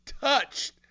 touched